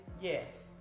Yes